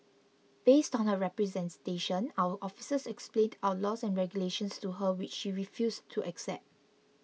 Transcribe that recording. based on her representation our officers explained our laws and regulations to her which she refused to accept